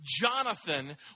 Jonathan